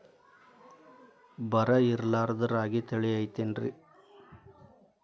ಬರ ಇರಲಾರದ್ ರಾಗಿ ತಳಿ ಐತೇನ್ರಿ?